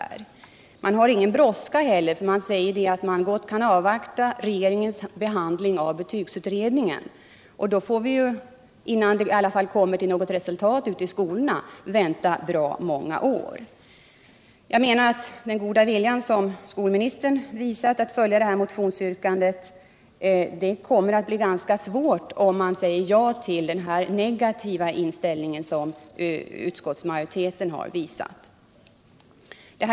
Man har ingen brådska utan säger att regeringens behandling av betygsutredningen gott kan avvaktas. Då får vi ju i alla fall innan det kommer fram något resultat ute i skolorna vänta bra många år. Jag menar att den goda vilja som skolministern visat att följa vårt motionsyrkande kommer att få ganska svårt att slå igenom, om utskottets negativa inställning biträds.